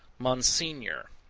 monsignor,